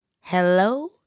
Hello